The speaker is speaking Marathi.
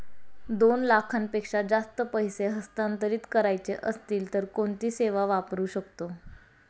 दोन लाखांपेक्षा जास्त पैसे हस्तांतरित करायचे असतील तर कोणती सेवा वापरू शकतो?